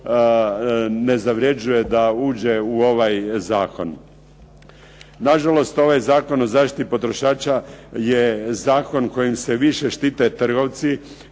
ne zavrjeđuje da uđe u ovaj zakon. Nažalost, ovaj Zakon o zaštiti potrošača je zakon kojim se više štite trgovci